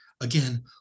Again